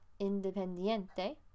independiente